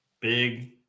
Big